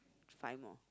five more